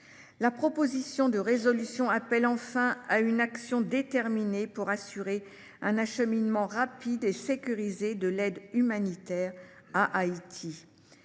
La proposition de résolution appelle enfin à mener une action déterminée pour assurer un acheminement rapide et sécurisé de l’aide humanitaire en Haïti.